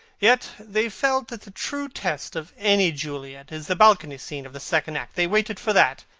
yet they felt that the true test of any juliet is the balcony scene of the second act. they waited for that.